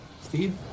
Steve